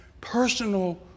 personal